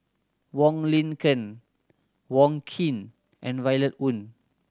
Wong Lin Ken Wong Keen and Violet Oon